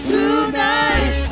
Tonight